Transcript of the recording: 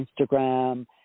Instagram